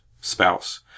spouse